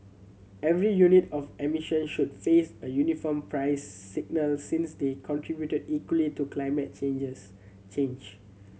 every unit of emissions should face a uniform price signal since they contribute equally to climate changes change